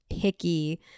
picky